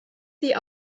sie